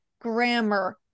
grammar